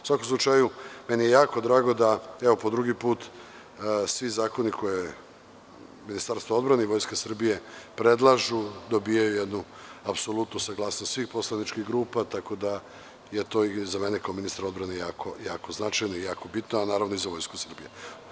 U svakom slučaju meni je jako drago, evo po drugi put svi zakoni koje Ministarstvo odbrane i Vojska Srbije predlažu, dobijaju jednu apsolutnu saglasnost svih poslaničkih grupa tako da je to za mene, kao ministra odbrane, jako značajno i jako bitno, a naravno i za Vojsku Srbije.